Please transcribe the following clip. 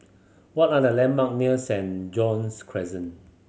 what are the landmark near Saint John's Crescent